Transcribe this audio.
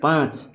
पाँच